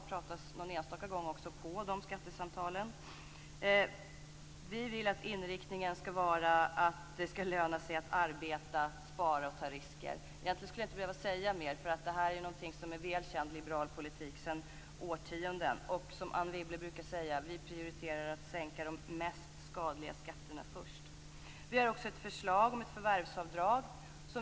Det talas också någon enstaka gång vid dessa skattesamtal. Vi vill att inriktningen skall vara att det skall löna sig att arbeta, spara och ta risker. Egentligen skulle jag inte behöva säga mer, för det här är ju något som är väl känd liberal politik sedan årtionden. Som Anne Wibble brukar säga: Vi prioriterar att sänka de mest skadliga skatterna först. Vi har också ett förslag om ett förvärvsavdrag.